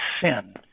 sin